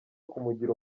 kumugira